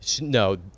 No